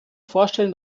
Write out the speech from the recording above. vorstellen